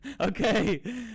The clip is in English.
Okay